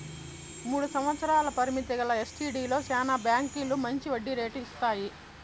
మూడు సంవత్సరాల పరిమితి గల ఎస్టీడీలో శానా బాంకీలు మంచి వడ్డీ రేటు ఇస్తాయి